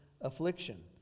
affliction